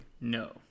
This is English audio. No